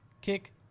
kick